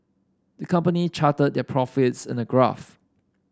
the company charted their profits in a graph